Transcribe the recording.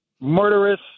murderous